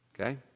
Okay